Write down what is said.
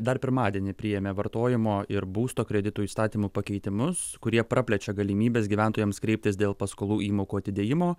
dar pirmadienį priėmė vartojimo ir būsto kreditų įstatymo pakeitimus kurie praplečia galimybes gyventojams kreiptis dėl paskolų įmokų atidėjimo